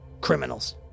Criminals